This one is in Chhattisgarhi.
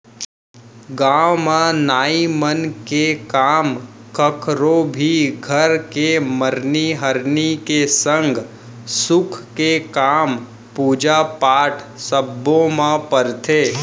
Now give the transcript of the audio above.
गाँव म नाई मन के काम कखरो भी घर के मरनी हरनी के संग सुख के काम, पूजा पाठ सब्बो म परथे